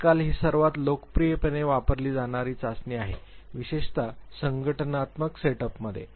आजकाल ही सर्वात लोकप्रियपणे वापरली जाणारी चाचणी आहे विशेषत संघटनात्मक सेट अपमध्ये